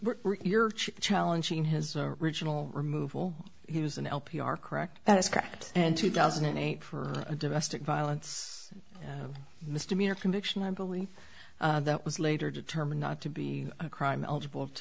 because you're challenging his original removal he was an lp are correct that is correct and two thousand and eight for a domestic violence misdemeanor conviction i believe that was later determined not to be a crime eligible to